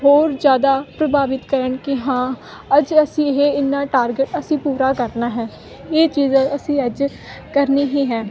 ਹੋਰ ਜ਼ਿਆਦਾ ਪ੍ਰਭਾਵਿਤ ਕਰਨ ਕਿ ਹਾਂ ਅੱਜ ਅਸੀਂ ਇਹ ਇੰਨਾਂ ਟਾਰਗੇਟ ਅਸੀਂ ਪੂਰਾ ਕਰਨਾ ਹੈ ਇਹ ਚੀਜ਼ ਅਸੀਂ ਅੱਜ ਕਰਨਾ ਹੀ ਹੈ